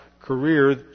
Career